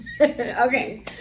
Okay